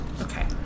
Okay